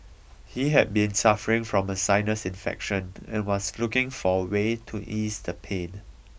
he had been suffering from a sinus infection and was looking for a way to ease the pain